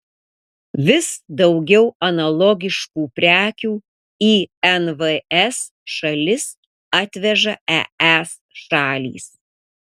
vis daugiau analogiškų prekių į nvs šalis atveža es šalys